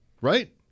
right